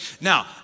Now